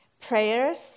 prayers